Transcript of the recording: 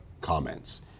comments